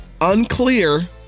Unclear